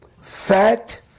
Fat